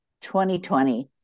2020